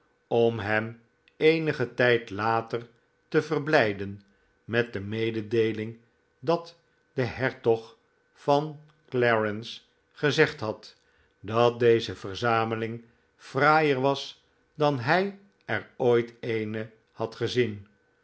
om hem eenigen tijd later te verblijden met de mededeeling dat de hertog van clarence gezegd had dat deze verzameling fraaier was dan hij er ooit eene had gezien